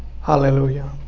Hallelujah